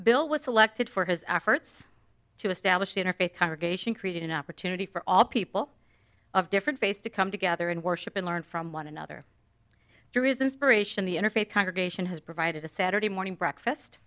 bill was selected for his efforts to establish the interfaith congregation created an opportunity for all people of different face to come together and worship and learn from one another there is this variation the interfaith congregation has provided a saturday morning breakfast